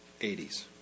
80s